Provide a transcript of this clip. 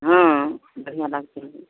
हाँ बढ़िआँ लागतै